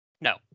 No